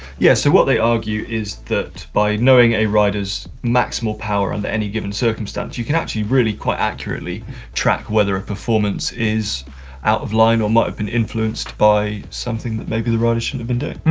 yes, so what they argue is that by knowing a rider's maximal power under any given circumstance, you can actually really quite accurately track whether a performance is out of line or might have been influenced by something that maybe the rider shouldn't have been doing.